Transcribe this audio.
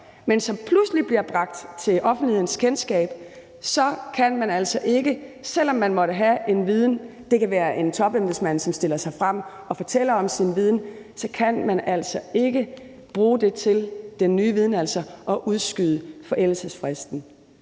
men som pludselig bliver bragt til offentlighedens kendskab, så kan man altså ikke, selv om nogen måtte have en viden – det kan være en topembedsmand, som stiller sig frem og fortæller om sin viden – bruge den til at udskyde forældelsesfristen.